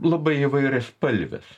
labai įvairiaspalvės